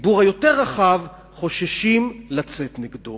הציבור היותר רחב, חוששים לצאת נגדו